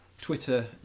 Twitter